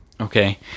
okay